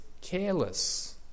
careless